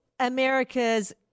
America's